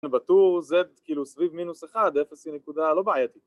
‫בטור z כאילו סביב מינוס אחד, ‫אפס היא נקודה לא בעייתית.